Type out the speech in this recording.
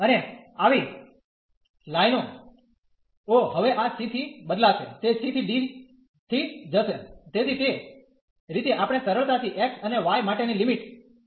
અને આવી લાઇનો ઓ હવે આ c થી બદલાશે તે c ¿ d થી જશે તેથી તે રીતે આપણે સરળતાથી x અને y માટેની લિમિટ મૂકી ગણી શકીએ